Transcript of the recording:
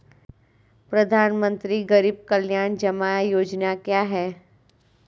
प्रधानमंत्री गरीब कल्याण जमा योजना क्या है?